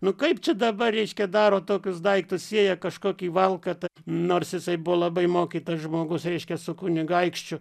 nu kaip čia dabar reiškia daro tokius daiktus sieja kažkokį valkatą nors jisai buvo labai mokytas žmogus reiškia su kunigaikščiu